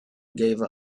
gave